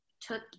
took